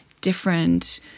different